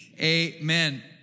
amen